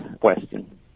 question